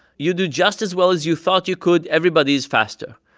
you do just as well as you thought you could. everybody's faster.